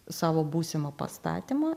savo būsimo pastatymo